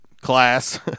class